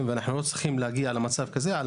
אנחנו לא צריכים להגיע למצב כזה.